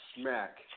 smack